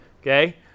Okay